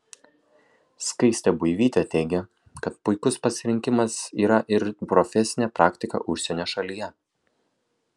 skaistė buivytė teigia kad puikus pasirinkimas yra ir profesinė praktika užsienio šalyje